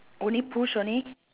only push only